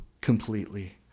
completely